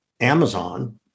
Amazon